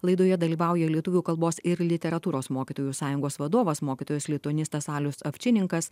laidoje dalyvauja lietuvių kalbos ir literatūros mokytojų sąjungos vadovas mokytojas lituanistas alius avčininkas